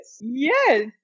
Yes